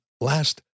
last